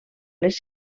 les